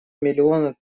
миллиона